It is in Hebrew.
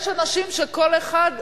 יש אנשים שכל אחד,